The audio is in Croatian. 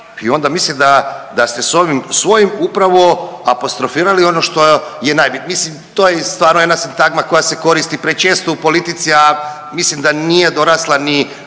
I onda mislim da ste sa ovim svojim upravo apostrofirali ono što je najbitnije. Mislim to je stvarno jedna sintagma koja se koristi prečesto u politici, a mislim da nije dorasla ni